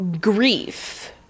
grief